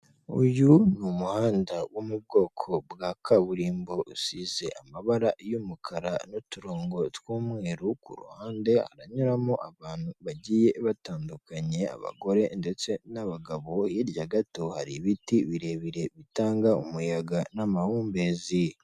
Uyu ni umuhanda wo mu bwoko bwa kaburimbo, usize amabara y'umukara n'uturongo tw'umweru ku ruhande aranyuramo abantu bagiye batandukanye abagore ndetse n'abagabo, hirya gato hari ibiti birebire bitanga umuyaga n'amahumbezi.